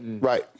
Right